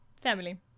family